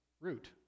root